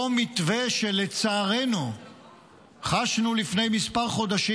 אותו מתווה שלצערנו חשנו לפני כמה חודשים